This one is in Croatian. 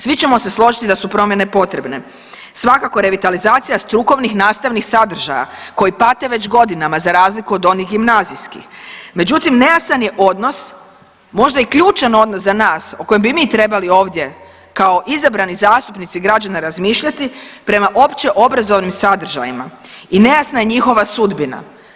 Svi ćemo se složiti da su promjene potrebne, svakako revitalizacija strukovnih nastavnih sadržaja koji pate već godinama za razliku od onih gimnazijskih, međutim nejasan je odnos možda i ključan odnos za nas o kojem bi mi trebali ovdje kao izabrani zastupnici građana razmišljati prema opće obrazovnim sadržajima i nejasna je njihova sudbina.